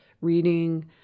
reading